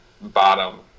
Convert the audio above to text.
bottom